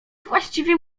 właściwie